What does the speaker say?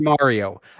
Mario